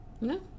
No